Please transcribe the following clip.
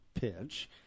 pitch